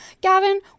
Gavin